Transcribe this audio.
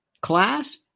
Class